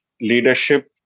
leadership